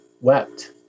wept